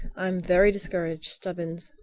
i'm very discouraged, stubbins,